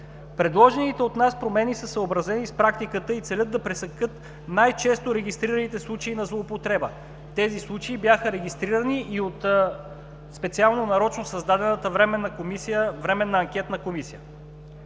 Предложените от нас промени са съобразени с практиката и целят да пресекат най-често регистрираните случаи на злоупотреба. Тези случаи бяха регистрирани и от специално, нарочно създадената Временна анкетна комисия.